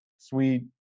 Sweet